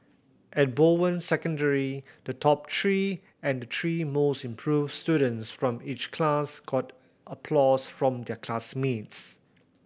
at Bowen Secondary the top three and the three most improved students from each class got applause from their classmates